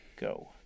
Go